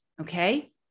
Okay